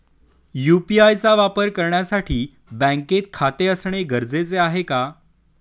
UPI चा वापर करण्यासाठी बँकेत खाते असणे गरजेचे आहे का?